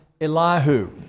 Elihu